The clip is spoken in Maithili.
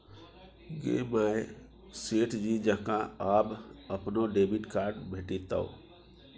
गे माय सेठ जी जकां आब अपनो डेबिट कार्ड भेटितौ